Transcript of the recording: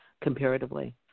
comparatively